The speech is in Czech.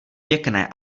pěkné